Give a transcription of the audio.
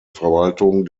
verwaltung